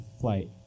flight